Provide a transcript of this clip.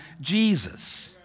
Jesus